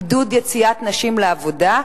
עידוד יציאת נשים לעבודה,